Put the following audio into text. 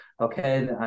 okay